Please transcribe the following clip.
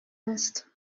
است